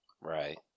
Right